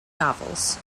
novels